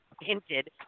hinted